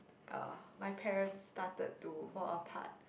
uh my parents started to fall apart